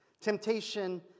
Temptation